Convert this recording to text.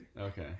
okay